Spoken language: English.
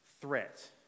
threat